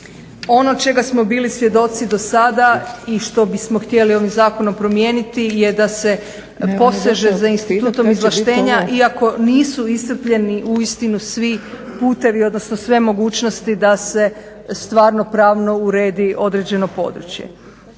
Ono čega smo bili svjedoci do sada i što bismo htjeli ovim zakonom promijeniti je da se poseže za institutom izvlaštenja iako nisu iscrpljeni uistinu svi putevi, odnosno sve mogućnosti da se stvarno-pravno uredi određeno područje.